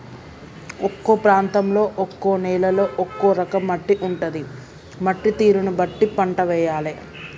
ఒక్కో ప్రాంతంలో ఒక్కో నేలలో ఒక్కో రకం మట్టి ఉంటది, మట్టి తీరును బట్టి పంట వేయాలే